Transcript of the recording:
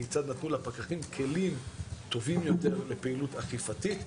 כיצד נתנו לפקחים כלים טובים יותר לפעילות אכיפתית,